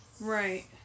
Right